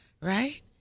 right